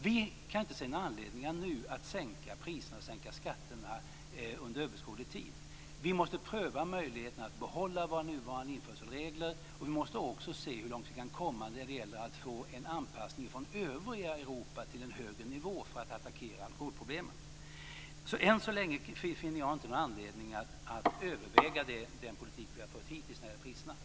Vi kan inte nu se någon anledning att under överskådlig tid sänka priserna och att sänka skatterna. Vi måste pröva möjligheterna att behålla våra nuvarande införselregler, och vi måste också se hur långt vi kan komma när det gäller att få en anpassning från övriga Europa i fråga om en högre nivå för att attackera alkoholproblemen. Än så länge finner jag alltså inte någon anledning att överväga den politik som vi hittills har fört när det gäller priserna.